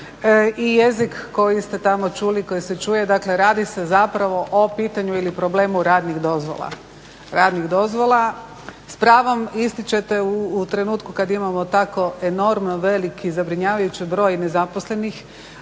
i jezik koji ste tamo čuli i koji se čuje. Dakle, radi se zapravo o pitanju ili problemu radnih dozvola. S pravom ističete u trenutku kad imamo tako enormno velik i zabrinjavajući broj nezaposlenih